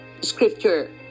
scripture